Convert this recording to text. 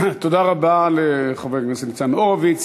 תודה רבה לחבר הכנסת ניצן הורוביץ.